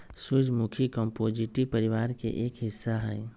सूर्यमुखी कंपोजीटी परिवार के एक हिस्सा हई